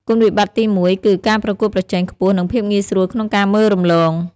គុណវិបត្តិទីមួយគឺ ការប្រកួតប្រជែងខ្ពស់និងភាពងាយស្រួលក្នុងការមើលរំលង។